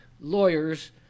lawyers